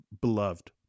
beloved